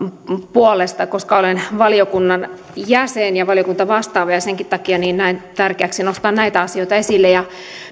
puolesta koska olen valiokunnan jäsen ja valiokuntavastaava ja senkin takia näen tärkeäksi nostaa näitä asioita esille nyt